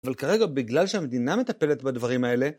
אבל כרגע בגלל שהמדינה מטפלת בדברים האלה